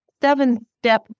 seven-step